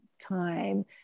time